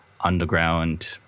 underground